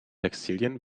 textilien